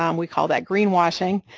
um we call that greenwashing,